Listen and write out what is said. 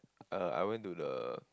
uh I went to the